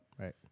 right